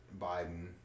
Biden